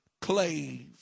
clave